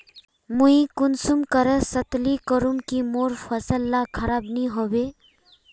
मुई कुंसम करे तसल्ली करूम की मोर फसल ला खराब नी होबे?